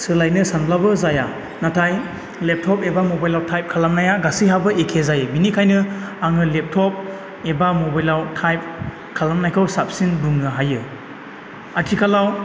सोलायनो सानब्लाबो जाया नाथाय लेबटप एबा मबाइलाव टाइप खालामनाया गासैहाबो एखे जायो बेनिखायनो आङो लेबटप एबा मबाइलाव टाइप खालामनायखौ साबसिन बुंनो हायो आथिखालाव